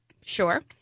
Sure